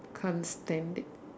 can't stand it